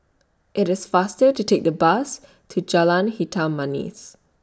IT IS faster to Take The Bus to Jalan Hitam Manis